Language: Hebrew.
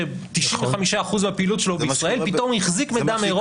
ש- 95% מהפעילות שלו בישראל פתאום החזיק מידע אירופה.